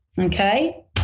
Okay